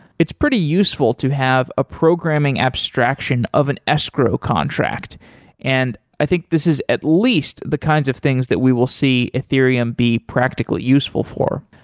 it's pretty useful to have a programming abstraction of an escrow contract and i think this is at least the kinds of things that we will see ethereum be practical useful for.